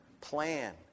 plan